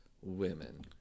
women